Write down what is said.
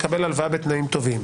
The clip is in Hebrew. מקבל הלוואה בתנאים טובים.